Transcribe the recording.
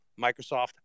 Microsoft